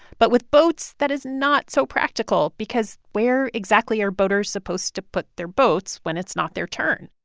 but with boats, that is not so practical because where exactly are boaters supposed to put their boats when it's not their turn?